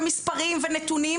מספרים ונתונים,